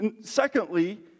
Secondly